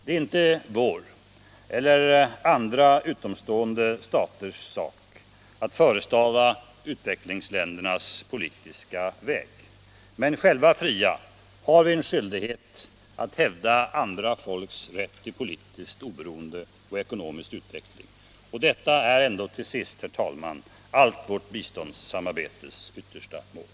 Det är inte vår eller andra utomstående staters sak att förestava utvecklingsländernas val av politisk väg. Men själva fria har vi en skyldighet att hävda andra folks rätt till politiskt oberoende och ekonomisk utveckling. Detta är ändå till sist, herr talman, allt vårt biståndssamarbetes yttersta mål.